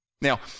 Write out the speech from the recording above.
Now